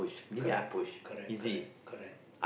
correct correct correct correct